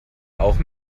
auch